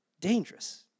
dangerous